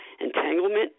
Entanglement